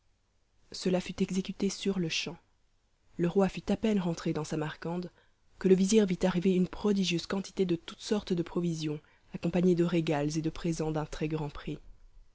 cela fut exécuté sur-le-champ le roi fut à peine rentré dans samarcande que le vizir vit arriver une prodigieuse quantité de toutes sortes de provisions accompagnées de régals et de présents d'un très-grand prix